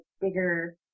bigger